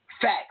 Facts